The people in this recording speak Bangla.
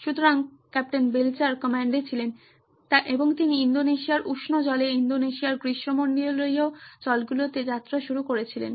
সুতরাং কাপ্তান বেলচার কমান্ডে ছিলেন এবং তিনি ইন্দোনেশিয়ার উষ্ণ জলে ইন্দোনেশিয়ার গ্রীষ্মমন্ডলীয় জলগুলিতে যাত্রা শুরু করেছিলেন